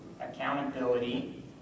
accountability